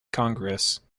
congress